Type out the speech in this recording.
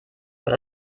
aber